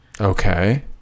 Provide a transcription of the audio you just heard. Okay